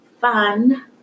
fun